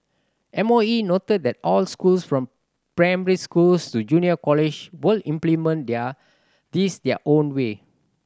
M O E noted that all schools from primary schools to junior college will implement their this their own way